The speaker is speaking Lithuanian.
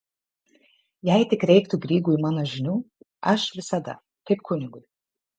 jei tik reiktų grygui mano žinių aš visada kaip kunigui